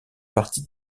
partie